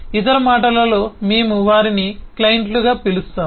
ఇతర మాటలలో మేము వారిని క్లయింట్లుగా పిలుస్తాము